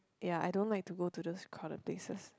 ya I don't like to go to those crowded places